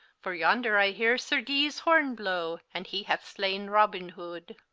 for yonder i heare sir guy's horne blowe, and he hath slaine robin hoode.